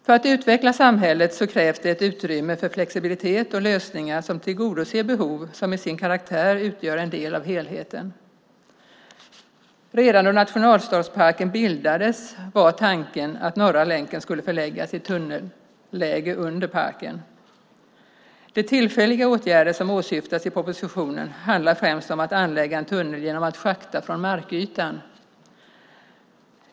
För att utveckla samhället krävs utrymme för flexibilitet och lösningar som tillgodoser behov som i sin karaktär utgör en del av helheten. Redan då nationalstadsparken bildades var tanken att Norra länken skulle förläggas i tunnelläge under parken. De tillfälliga åtgärder som åsyftas i propositionen handlar främst om att anlägga en tunnel genom att schakta från markytan.